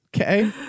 Okay